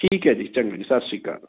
ਠੀਕ ਹੈ ਜੀ ਚੰਗਾ ਜੀ ਸਤਿ ਸ਼੍ਰੀ ਅਕਾਲ